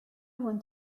want